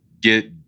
get